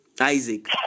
Isaac